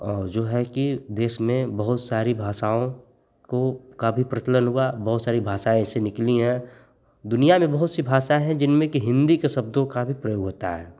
और जो है कि देश में बहुत सारी भाषाओं को का भी प्रचलन हुआ बहुत सारी भाषाएँ ऐसे निकली हैं दुनियाँ में बहुत सी भाषा है जिनमें कि हिन्दी के शब्दों का भी प्रयोग होता है